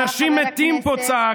אנשים מתים פה, צעקת.